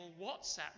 WhatsApp